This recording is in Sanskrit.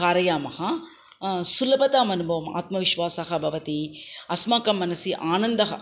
कारयामः सुलभताम् अनुभवामः आत्मविश्वासः भवति अस्माकं मनसि आनन्दः